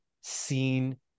seen